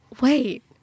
wait